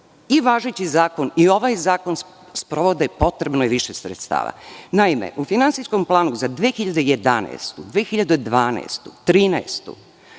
i važeći zakon i ovaj zakon sprovode, potrebno je više sredstava. Naime, u finansijskom planu za 2011, 2012. i 2013.